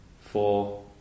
four